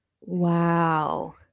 Wow